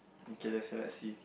okay let's say let's see